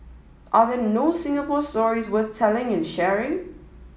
are there no Singapore stories worth telling and sharing